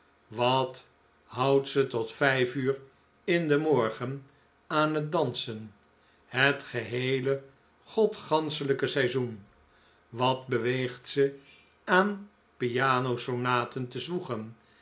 wat houdt ze tot vijf uur in den morgen aan het dansen het geheele godsganschelijke seizoen wat beweegt ze aan piano sonaten te zwoegen